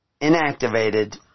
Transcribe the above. inactivated